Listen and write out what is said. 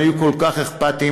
הם היו כל כך אכפתיים,